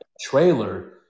trailer